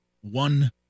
one